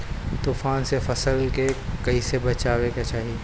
तुफान से फसल के कइसे बचावे के चाहीं?